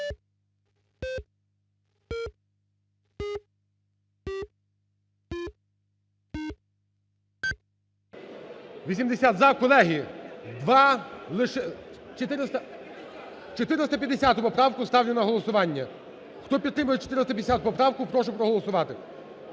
Чотириста… 450 поправку ставлю на голосування. Хто підтримую 450 поправку, прошу проголосувати.